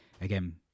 again